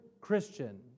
Christian